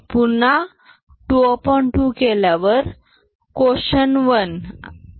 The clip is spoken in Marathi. पुन्हा 22 केल्यावर क्वोशन 1 रेमैंडर 0 मिळाला